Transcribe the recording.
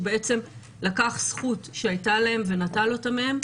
בעצם לקח זכות שהייתה להם ונטל אותה מהם.